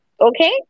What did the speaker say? okay